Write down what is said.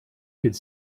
could